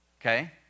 okay